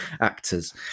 actors